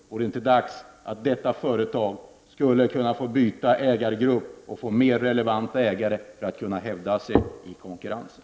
Vore det inte dags att detta företag skulle kunna få byta ägargrupp och få mer relevanta ägare för att kunna hävda sig i konkurrensen?